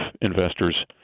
investors